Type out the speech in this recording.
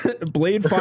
Blade